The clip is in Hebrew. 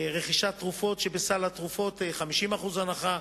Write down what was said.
רכישת תרופות שבסל התרופות, 50% הנחה.